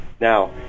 Now